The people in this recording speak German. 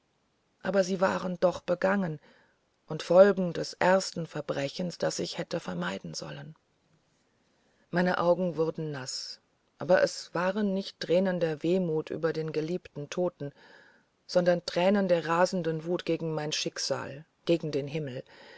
aber sie waren doch begangen und folgen des ersten verbrechens das ich hätte vermeiden sollen meine augen wurden naß aber es waren nicht tränen der wehmut über den geliebten toten sondern tränen der rasenden wut gegen mein schicksal gegen den himmel